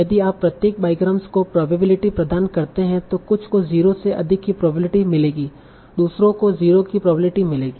यदि आप प्रत्येक बाईग्राम को प्रोबेबिलिटी प्रदान करते हैं तो कुछ को 0 से अधिक की प्रोबेबिलिटी मिलेगी दूसरों को 0 की प्रोबेबिलिटी मिलेगी